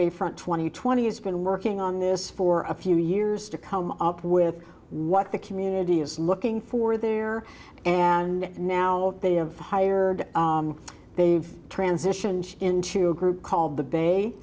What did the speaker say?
bayfront twenty twentieth's been working on this for a few years to come up with what the community is looking for there and now they have hired they've transitioned into a group called the bay